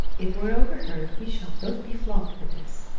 if we're overheard we shall both be flogged for this.